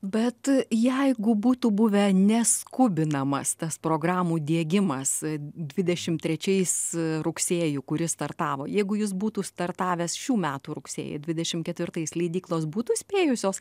bet jeigu būtų buvę neskubinamas tas programų diegimas dvidešim trečiais rugsėjį kuris startavo jeigu jis būtų startavęs šių metų rugsėjį dvidešim ketvirtais leidyklos būtų spėjusios